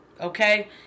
okay